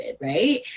right